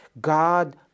God